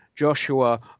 Joshua